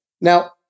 Now